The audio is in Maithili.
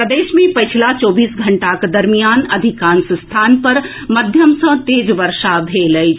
प्रदेश मे पछिला चौबीस घंटाक दरमियान अधिकांश स्थान पर मध्यम सँ तेज वर्षा भेल अछि